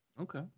Okay